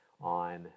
on